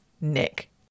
Nick